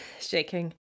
shaking